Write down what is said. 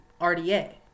RDA